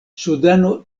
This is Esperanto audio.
sudano